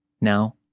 Now